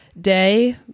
day